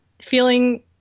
feeling